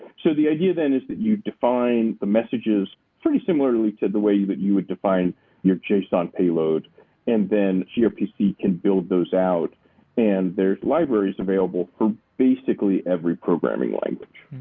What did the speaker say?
so the idea then is that you define the messages pretty similarly to the way that you would define your json payload and then grpc can build those out and there're libraries available for basically every programming language,